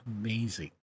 Amazing